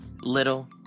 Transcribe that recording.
little